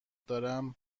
دارم